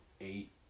eight